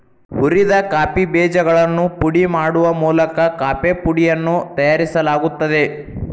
ಹುರಿದ ಕಾಫಿ ಬೇಜಗಳನ್ನು ಪುಡಿ ಮಾಡುವ ಮೂಲಕ ಕಾಫೇಪುಡಿಯನ್ನು ತಯಾರಿಸಲಾಗುತ್ತದೆ